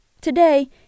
Today